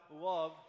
love